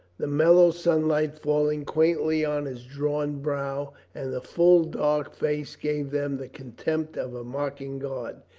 the mellow sunlight falling quaintly on his drawn brow and the full dark face gave them the contempt of a mocking god.